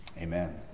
Amen